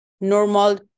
normal